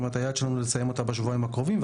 כלומר לסיים אותה בשבועיים הקרובים.